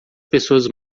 pessoas